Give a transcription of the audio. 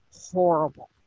horrible